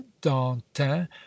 d'antin